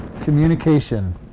communication